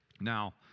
Now